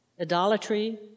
idolatry